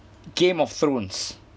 game of thrones